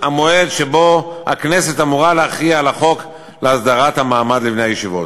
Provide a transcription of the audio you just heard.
המועד שבו הכנסת אמורה להכריע על החוק להסדרת המעמד לבני הישיבות.